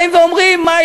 באים ואומרים: מה,